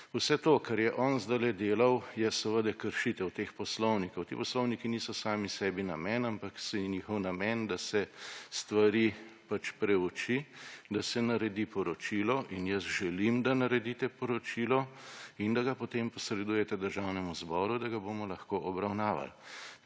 Vse to, kar je on zdajle delal, je seveda kršitev teh poslovnikov. Ti poslovniki niso sami sebi namen, ampak saj je njihov namen, da se stvari preuči, da se naredi poročilo. Jaz želim, da naredite poročilo in da ga potem posredujete Državnemu zboru, da ga bomo lahko obravnavali,